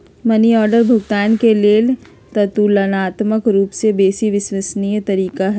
money order भुगतान के लेल ततुलनात्मक रूपसे बेशी विश्वसनीय तरीका हइ